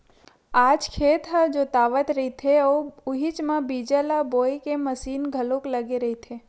आज खेत ह जोतावत रहिथे अउ उहीच म बीजा ल बोए के मसीन घलोक लगे रहिथे